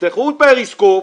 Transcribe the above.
תפתחו פריסקופ,